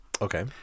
Okay